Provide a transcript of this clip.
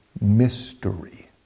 mystery